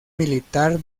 militar